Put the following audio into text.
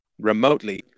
remotely